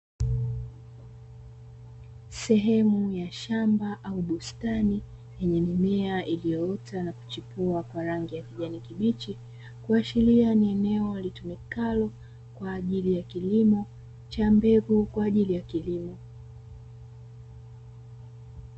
Sehemu ya shamba au bustani, yenye mimea iliyoota na kuchipua kwa rangi ya kijani kibichi. Kuashiria kuwa ni eneo litumikalo kwa ajili ya kilimo cha mbegu kwa ajili ya kilimo.